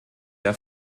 der